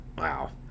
Wow